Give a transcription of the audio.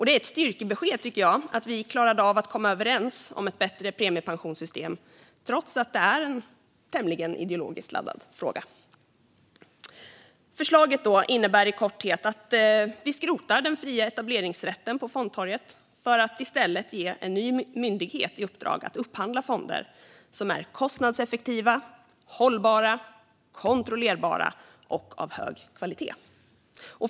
Det är ett styrkebesked att vi klarade av att komma överens om ett bättre premiepensionssystem trots att det är en tämligen ideologiskt laddad fråga. Förslaget innebär i korthet att vi skrotar den fria etableringsrätten på fondtorget för att i stället ge en ny myndighet i uppdrag att upphandla fonder som är kostnadseffektiva, hållbara, kontrollerbara och av hög kvalitet.